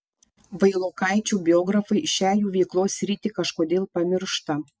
vailokaičių biografai šią jų veiklos sritį kažkodėl pamiršta